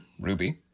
Ruby